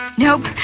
nope,